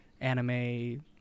anime